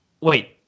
wait